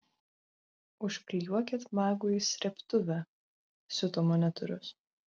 užklijuokit magui srėbtuvę siuto monitorius